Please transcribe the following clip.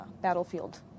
battlefield